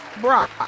Brock